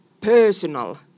personal